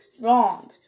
wrong